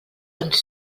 ens